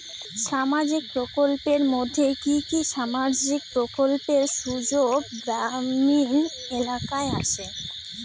সামাজিক প্রকল্পের মধ্যে কি কি সামাজিক প্রকল্পের সুযোগ গ্রামীণ এলাকায় আসে?